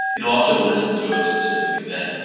it'll also listen to a specific event.